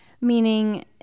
meaning